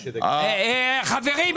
חברים,